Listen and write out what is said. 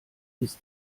ist